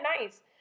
nice